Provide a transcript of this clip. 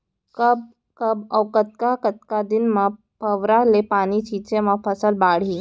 कब कब अऊ कतका कतका दिन म फव्वारा ले पानी छिंचे म फसल बाड़ही?